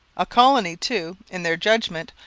a colony, too, in their judgment,